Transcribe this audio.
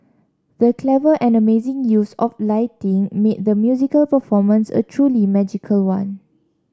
the clever and amazing use of lighting made the musical performance a truly magical one